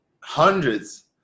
hundreds